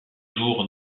jours